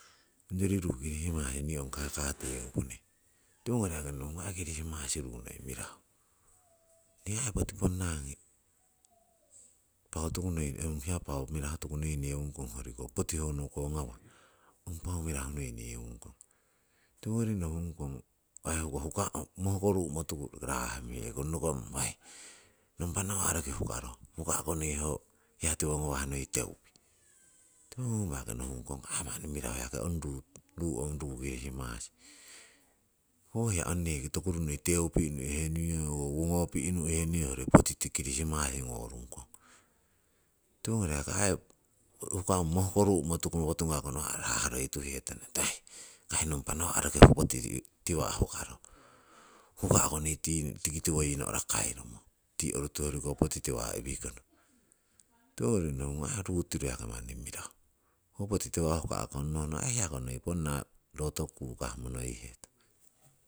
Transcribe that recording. Ongyori ruu kirisimasi nii ong kaka tewuhni, tiwongori nohungong ong aii kirisimasi ruu noi mirahu, nii aii poti ponnangi paau toku noi ong hiya paau mirahu toku noi newungkong hoyoriko poti hoyoriko ngawah ong paau noi mirahu noi newungkong. Tiwongori nohungkong huka mohkoruumo tuku raahme'kong nokommo weih nompa nawa'roki hukaro, huka'ku nii ho hiya towingawah noi teupi. Tiwoning yaki nohungkong 'aii manni mirahu yaki ong ruu, ruu ong kirisimasi. Ho hiya ong neki toku runni teupi'nu'henuiyong oo ngopi'nu'henuiyong hoyori poti tii kirisimasi ngorung kong, tiwongori yaki aii hukang mohkoru'mo tuku potungaku nawa' raah roituhetong teih kai nompa ho poti tiwa' hukaro, huka'ku nii tii tiki tiwo yii no'ra kairumo, tii hoyoriko poti tiwa' iwikono. Tiwongori nohungong hiya ruu tiru aii manni mirahu, ho poti tiwa' hukangkono nohno hiya noi ponna ro toku kukah monoihetong.